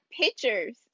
pictures